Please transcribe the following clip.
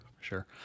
sure